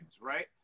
right